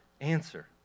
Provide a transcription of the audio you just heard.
answer